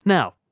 Now